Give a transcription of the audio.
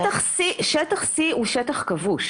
שטח C הוא שטח כבוש.